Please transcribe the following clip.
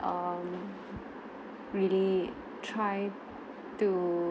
um really try to